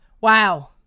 Wow